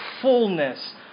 fullness